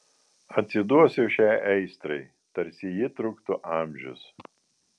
atsiduosiu šiai aistrai tarsi ji truktų amžius